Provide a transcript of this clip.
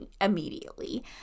immediately